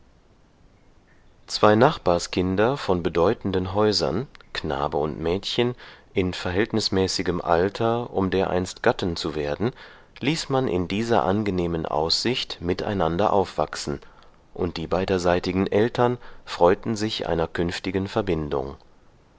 zwei nachbarskinder von bedeutenden häusern knabe und mädchen in verhältnismäßigem alter um dereinst gatten zu werden ließ man in dieser angenehmen aussicht miteinander aufwachsen und die beiderseitigen eltern freuten sich einer künftigen verbindung